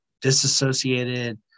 disassociated